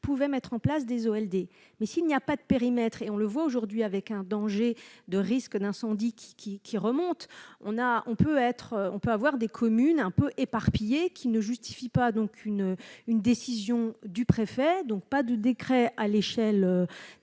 pouvaient mettre en place des OMD mais s'il n'y a pas de périmètre et on le voit aujourd'hui avec un danger de risques d'incendie qui qui remonte, on a, on peut être, on peut avoir des communes un peu éparpillée qui ne justifie pas donc une une décision du préfet, donc pas de décret à l'échelle